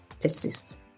persist